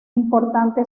importante